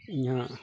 ᱤᱧᱦᱚᱸ